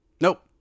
Nope